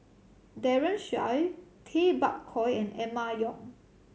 Daren Shiau Tay Bak Koi and Emma Yong